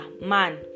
man